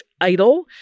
idol